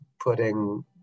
putting